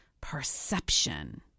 perception